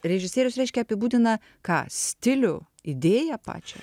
režisierius reiškia apibūdina ką stilių idėją pačią